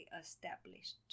established